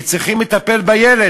כי צריכים לטפל בילד,